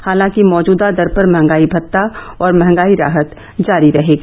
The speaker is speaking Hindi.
हालांकि मौजूदा दर पर मंहगाई भत्ता और मंहगाई राहत जारी रहेगी